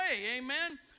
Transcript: amen